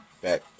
back